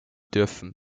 dürfen